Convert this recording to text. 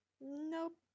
Nope